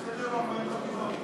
הצעות לסדר-היום או לדיון ב-40 חתימות?